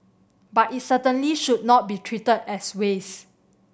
but it certainly should not be treated as waste